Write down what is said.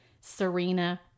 Serena